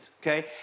okay